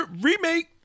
Remake